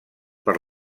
per